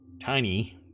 tiny